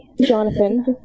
Jonathan